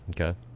Okay